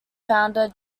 founder